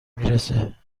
میرسه